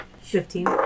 Fifteen